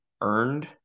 earned